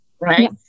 Right